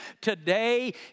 Today